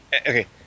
Okay